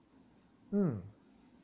mm